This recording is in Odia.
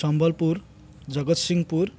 ସମ୍ବଲପୁର ଜଗତସିଂହପୁର